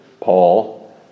Paul